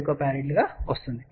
2 pF గా వస్తుంది